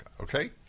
Okay